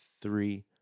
Three